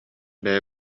бэйэ